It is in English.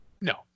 No